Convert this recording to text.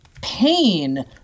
pain